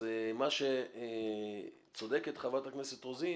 אז צודקת חברת הכנסת רוזין